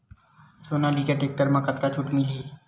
Sonalika tractor म कतका छूट मिलही?